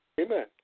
Amen